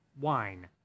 wine